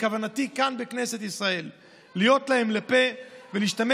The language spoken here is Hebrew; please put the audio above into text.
בכוונתי כאן בכנסת ישראל להיות להם לפה ולהשתמש